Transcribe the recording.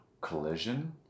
collision